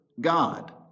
God